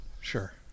Sure